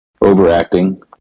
overacting